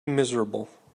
miserable